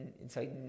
inside